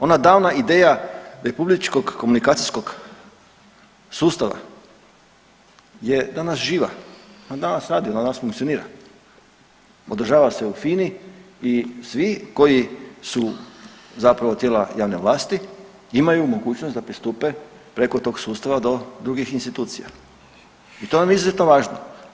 Ona davna ideja republičkog komunikacijskog sustava je danas živa, ona danas radi, ona danas funkcionira, održava se u FINA-i i svi koji su zapravo tijela javne vlasti imaju mogućnost da pristupe preko tog sustava do drugih institucija i to nam je izuzetno važno.